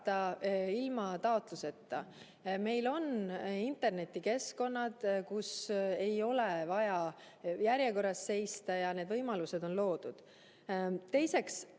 ilma taotluseta. Meil on internetikeskkonnad, kus ei ole vaja järjekorras seista. Need võimalused on loodud. Teiseks,